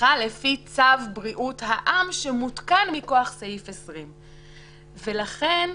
מסיכה לפי צו בריאות העם שמותקן מכוח סעיף 20. לכן,